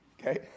Okay